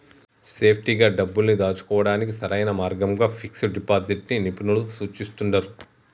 సేఫ్టీగా డబ్బుల్ని దాచుకోడానికి సరైన మార్గంగా ఫిక్స్డ్ డిపాజిట్ ని నిపుణులు సూచిస్తున్నరు